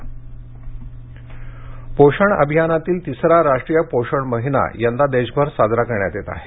राष्ट्रीय पोषण महिना पोषण अभियानातील तिसरा राष्ट्रीय पोषण महिना यंदा देशभर साजरा करण्यात येत आहे